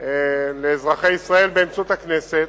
לאזרחי ישראל באמצעות הכנסת.